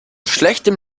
schlechtem